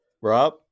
Rob